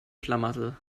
schlamassel